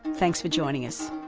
thanks for joining us